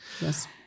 Yes